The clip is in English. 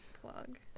plug